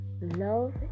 Love